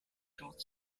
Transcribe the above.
george